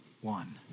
one